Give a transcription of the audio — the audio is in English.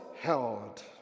held